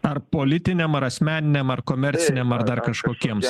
ar politiniam ar asmeniniam ar komerciniam ar dar kažkokiems